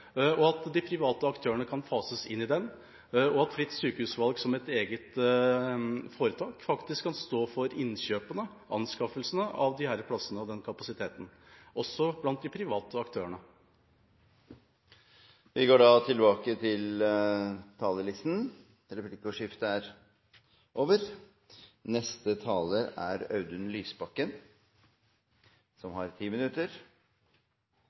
og at de private aktørene kan fases inn i det, og at fritt sykehusvalg som et eget foretak faktisk kan stå for innkjøpene, anskaffelsene, av disse plassene og denne kapasiteten, også blant de private aktørene. Replikkordskiftet er over. Utgangspunktet for denne budsjettdebatten er